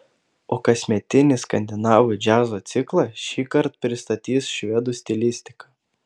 o kasmetinį skandinavų džiazo ciklą šįkart pristatys švedų stilistika